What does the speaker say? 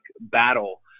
battle